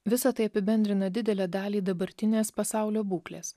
visa tai apibendrina didelę dalį dabartinės pasaulio būklės